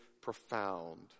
profound